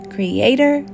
Creator